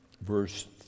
verse